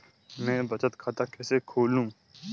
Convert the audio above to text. मैं बचत खाता कैसे खोलूं?